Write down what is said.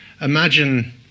imagine